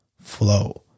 flow